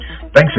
Thanks